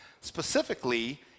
specifically